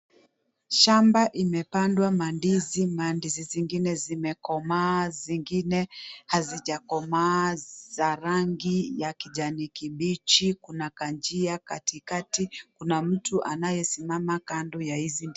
Shamba imepandwa mandizi. Mandizi zingine zimekomaa, zingine hazijakomaa, za rangi ya kijani kibichi. Kuna kanjia katika, kuna mtu anayesimama kando ya hizi...